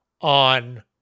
on